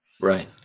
Right